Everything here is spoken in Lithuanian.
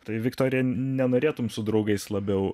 tai viktorija nenorėtum su draugais labiau